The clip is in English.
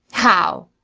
how?